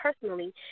personally